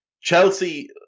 Chelsea